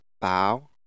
Bow